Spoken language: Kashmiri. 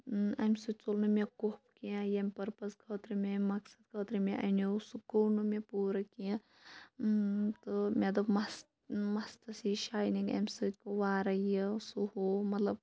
اَمہِ سۭتۍ ژوٚل نہٕ مےٚ قُف کینٛہہ ییٚمۍ پٔرپَز خٲطرٕ مےٚ ییٚمۍ مقصد خٲطرٕ مےٚ اَنیو سُہ گوٚو نہٕ مےٚ پوٗرٕ کینٛہہ تہٕ مےٚ دوٚپ مَس مَستَس یی شاینِںٛگ اَمہِ سۭتۍ گوٚو وارَے یہِ سُہ ہُہ مطلب